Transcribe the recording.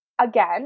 again